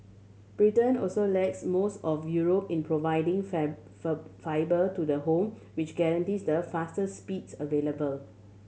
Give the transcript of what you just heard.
Britain also lags most of Europe in providing fibre to the home which guarantees the fastest speeds available